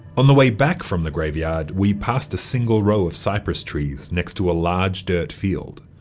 on the way back from the graveyard, we passed a single row of cypress trees next to a large dirt field.